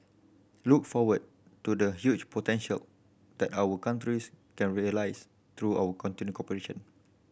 look forward to the huge potential that our countries can realise through our continued cooperation